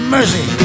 Mercy